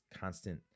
constant